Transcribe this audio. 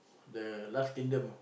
the last kingdom